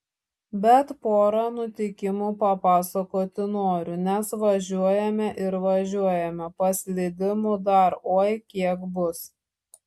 bet porą nutikimų papasakoti noriu nes važiuojame ir važiuojame paslydimų dar oi kiek bus